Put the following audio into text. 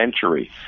century